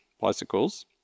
bicycles